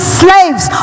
slaves